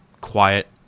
quiet